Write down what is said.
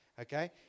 Okay